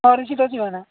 ଯିବ ନା